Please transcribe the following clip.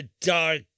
Dark